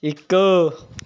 ਇੱਕ